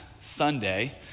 Sunday